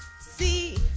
See